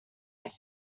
have